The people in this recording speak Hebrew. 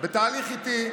בתהליך איטי,